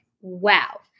Wow